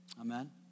Amen